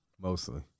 mostly